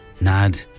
Nad